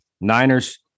Niners